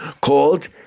called